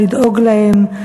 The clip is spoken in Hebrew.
לדאוג להם,